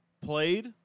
played